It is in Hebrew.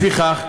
לפיכך,